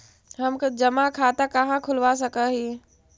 हम जमा खाता कहाँ खुलवा सक ही?